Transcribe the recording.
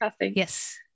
Yes